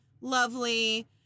lovely